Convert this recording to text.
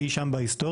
אי שם בהיסטוריה.